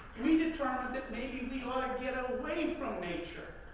we determined that maybe we ought to get away from nature.